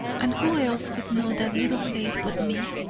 and who else would know that little face but me?